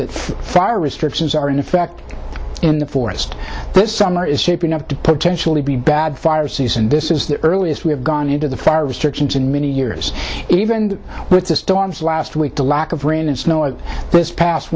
that fire restrictions are in effect in the forest this summer is shaping up to potentially be bad fire season this is the earliest we have gone into the fire restrictions in many years even with the storms last week the lack of rain and snow out this past